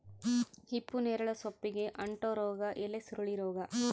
ಹಿಪ್ಪುನೇರಳೆ ಸೊಪ್ಪಿಗೆ ಅಂಟೋ ರೋಗ ಎಲೆಸುರುಳಿ ರೋಗ